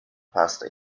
pasta